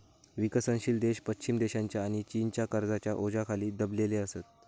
विकसनशील देश पश्चिम देशांच्या आणि चीनच्या कर्जाच्या ओझ्याखाली दबलेले असत